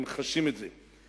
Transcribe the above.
הם חשים את זה.